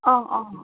অঁ অঁ